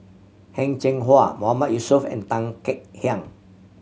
Heng Cheng Hwa Mahmood Yusof and Tan Kek Hiang